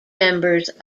members